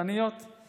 "שתלטניות";